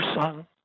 son